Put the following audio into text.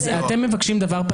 אתם מבקשים משהו.